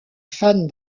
fan